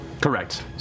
Correct